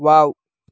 wow